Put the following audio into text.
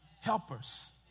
helpers